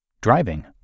Driving